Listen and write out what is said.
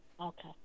Okay